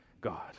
God